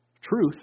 Truth